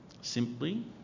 Simply